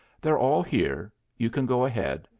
they're all here. you can go ahead,